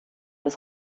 des